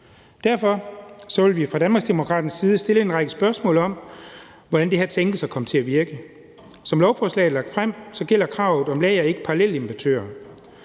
Derfor vil vi fra Danmarksdemokraternes side stille en række spørgsmål om, hvordan det her tænkes at komme til at virke. Som lovforslaget er lagt frem, gælder kravet om et lager ikke parallelimportører.